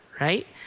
right